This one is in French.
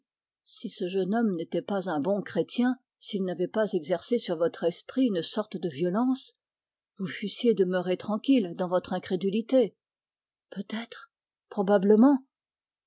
si ce jeune homme n'était pas un bon chrétien s'il n'avait pas exercé sur votre esprit une sorte de violence vous fussiez demeurée tranquille dans votre incrédulité